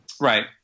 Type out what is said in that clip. Right